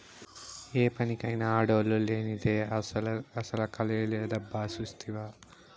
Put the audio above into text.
ఏ పనికైనా ఆడోల్లు లేనిదే అసల కళే లేదబ్బా సూస్తివా